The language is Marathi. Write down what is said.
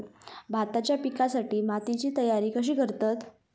भाताच्या पिकासाठी मातीची तयारी कशी करतत?